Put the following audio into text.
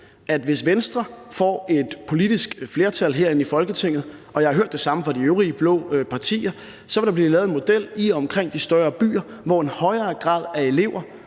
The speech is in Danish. at hvis Venstre får et politisk flertal herinde i Folketinget – og jeg har hørt det samme fra de øvrige blå partier – så vil der blive lavet en model for fordeling i og omkring de større byer, hvor flere elever